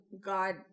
God